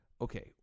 okay